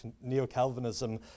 Neo-Calvinism